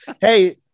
Hey